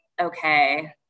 okay